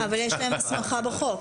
אבל יש להם הסמכה בחוק.